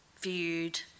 viewed